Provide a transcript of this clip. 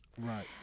Right